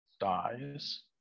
dies